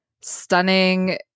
stunning